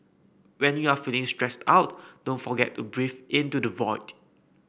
when you are feeling stressed out don't forget to breathe into the void